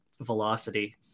velocity